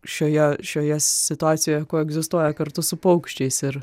šioje šioje situacijoje koegzistuoja kartu su paukščiais ir